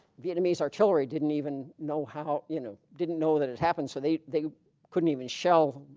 vietnamese artillery didn't even know how you know didn't know that it happened so they they couldn't even shell